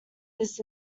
this